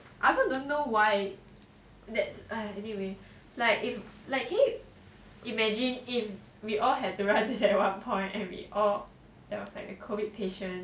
I also don't know why that's anyway like if like can you imagine if we all had to run to that one point and we all like the COVID patients